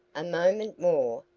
a moment more,